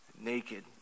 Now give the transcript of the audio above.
naked